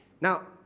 Now